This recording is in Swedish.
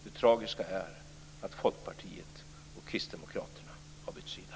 Det tragiska är att Folkpartiet och Kristdemokraterna har bytt sida.